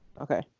Okay